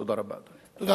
תודה רבה, אדוני.